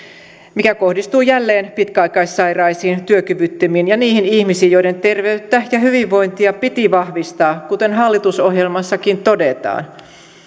mikä kohdistuu jälleen pitkäaikaissairaisiin työkyvyttömiin ja niihin ihmisiin joiden terveyttä ja hyvinvointia piti vahvistaa kuten hallitusohjelmassakin todetaan